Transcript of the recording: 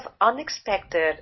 unexpected